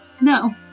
No